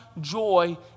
joy